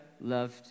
loved